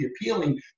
appealing